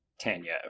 Tanya